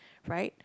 right